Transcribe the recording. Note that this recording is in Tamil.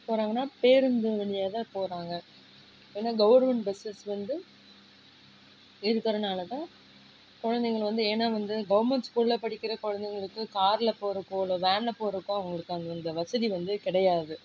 போகிறாங்கனா பேருந்து வழியாதான் போகிறாங்க ஏன்னா கவர்மெண்ட் பஸ்ஸஸ் வந்து இருக்கறதுனால தான் குழந்தைங்கள் வந்து ஏன்னா வந்து கவர்மெண்ட் ஸ்கூலில் படிக்கிற குழந்தைங்களுக்கு காரில் போகிற போல் வேனில் போகிறதுக்கோ அவங்களுக்கு அந்த இந்த வசதி வந்து கிடையாது